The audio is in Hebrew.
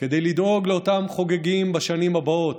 כדי לדאוג לאותם חוגגים בשנים הבאות,